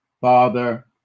Father